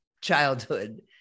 childhood